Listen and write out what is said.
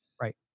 Right